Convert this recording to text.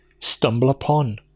StumbleUpon